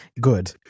good